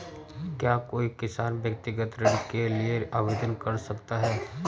क्या कोई किसान व्यक्तिगत ऋण के लिए आवेदन कर सकता है?